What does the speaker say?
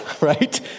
Right